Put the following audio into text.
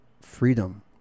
freedom